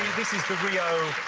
this is the rio.